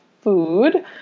food